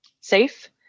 safe